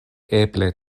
eble